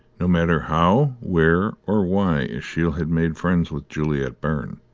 no matter how, where, or why, ashiel had made friends with juliet byrne,